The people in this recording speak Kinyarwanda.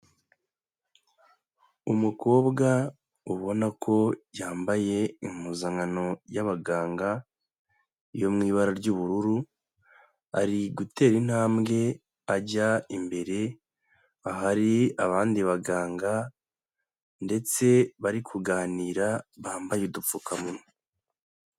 Umukobwa ubona ko yambaye impuzankano y'abaganga yo mu ibara ry'ubururu, ari gutera intambwe ajya imbere ahari abandi baganga ndetse bari kuganira, bambaye udupfukamunwa.